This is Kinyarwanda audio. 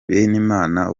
benimana